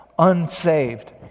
unsaved